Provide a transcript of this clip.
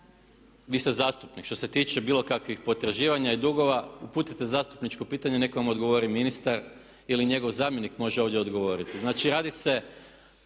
vi ste zastupnik, što se tiče bilo kakvih potraživanja i dugova uputite zastupničko pitanje i nek' vam odgovori ministar ili njegov zamjenik može ovdje odgovoriti.